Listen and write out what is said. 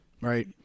Right